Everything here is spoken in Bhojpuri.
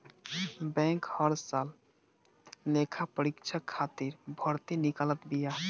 बैंक हर साल लेखापरीक्षक खातिर भर्ती निकालत बिया